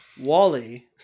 Wally